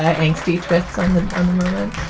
ah angsty twists on the and moment